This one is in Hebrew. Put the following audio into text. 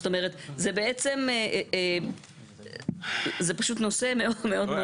זאת אומרת, זה בעצם, זה פשוט נושא מאוד מאוד.